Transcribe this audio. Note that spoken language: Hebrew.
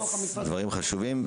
דברים חשובים.